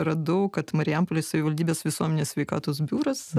radau kad marijampolės savivaldybės visuomenės sveikatos biuras